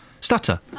stutter